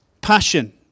passion